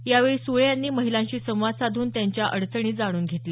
यावेळी सुळे यांनी महिलांशी संवाद साधून त्यांच्या अडचणी जाणून घेतल्या